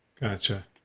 Gotcha